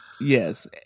Yes